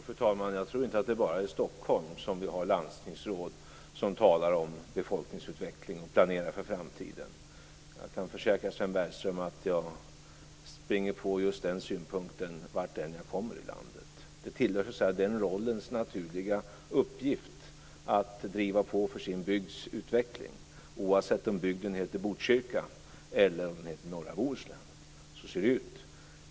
Fru talman! Jag tror inte att det bara är i Stockholm som vi har landstingsråd som talar om befolkningsutveckling och som planerar för framtiden. Jag kan försäkra Sven Bergström att jag springer på just den synpunkten vart jag än kommer i landet. Det tillhör den rollens naturliga uppgift att driva på för sin bygds utveckling, oavsett om bygden heter Botkyrka eller norra Bohuslän. Så ser det ut.